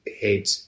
head